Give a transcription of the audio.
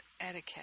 etiquette